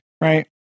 Right